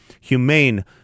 humane